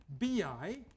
BI